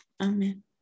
Amen